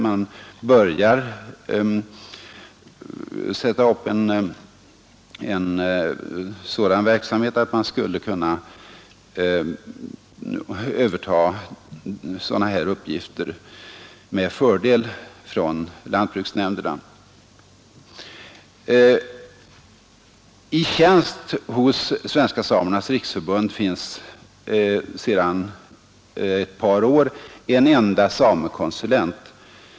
De börjar få i gång en sådan verksamhet att de med fördel skulle kunna överta sådana här uppgifter från lantbruksnämnderna. I tjänst hos Svenska samernas riksförbund finns sedan ett par år tillbaka en enda samekonsulent.